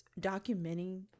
documenting